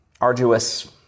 arduous